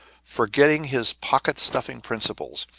forgetting his pocket-stuffing principles,